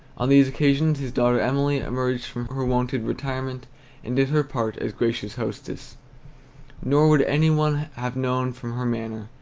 on these occasions his daughter emily emerged from her wonted retirement and did her part as gracious hostess nor would any one have known from her manner,